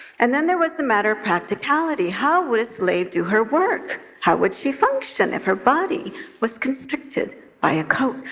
and then there was the matter of practicality. how would a slave do her work? how would she function, if her body was constricted by ah coat?